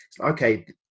okay